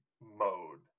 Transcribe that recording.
mode